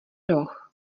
roh